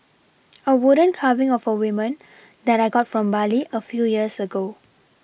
a wooden carving of a women that I got from Bali a few years ago